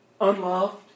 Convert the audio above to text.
Unloved